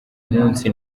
munsi